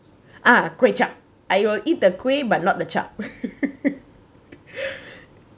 a kway chap I will eat the kway but not the chap